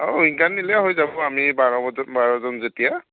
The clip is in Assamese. অ উইংগাৰ নিলেই হৈ যাব আমি বাৰ বাৰজন যেতিয়া